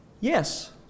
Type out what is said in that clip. Yes